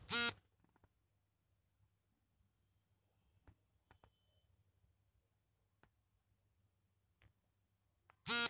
ಕೆಸುಗೆಡ್ಡೆಲಿ ಪಿಷ್ಠ ಅಂಶ ಹಾಗೂ ಕಾರ್ಬೋಹೈಡ್ರೇಟ್ಸ್ ಇದ್ದು ದೇಹದಲ್ಲಿ ಸಕ್ಕರೆಯಂಶ ಕಡ್ಮೆಮಾಡ್ತದೆ